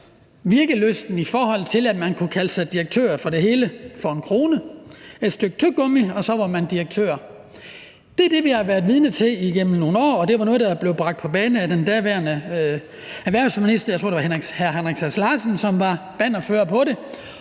virkelysten, at man kunne kalde sig direktør for det hele for 1 kr. – et stykke tyggegummi, og så var man direktør. Det er det, vi har været vidne til igennem nogle år, og det var noget, der blev bragt på bane af den daværende erhvervsminister, jeg tror, det var hr. Henrik Sass Larsen, som var bannerfører på det,